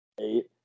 eight